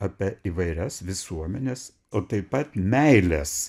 apie įvairias visuomenes o taip pat meilės